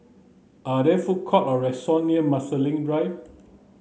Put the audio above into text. are there food court or restaurants near Marsiling Drive